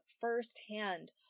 firsthand